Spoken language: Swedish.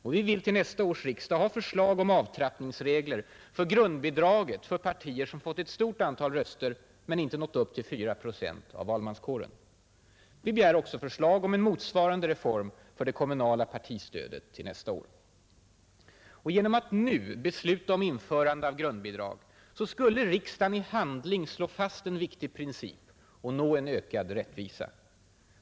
Och vi vill till nästa års riksdag ha förslag om avtrappningsregler för grundbidraget för partier som fått ett stort antal röster men inte nått upp till 4 procent av valmanskåren. Vi begär också förslag om en motsvarande reform för det kommunala partistödet till nästa år. Genom att nu besluta om införande av grundbidrag skulle riksdagen i handling slå fast en viktig princip och nå en ökad rättvisa.